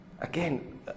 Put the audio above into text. again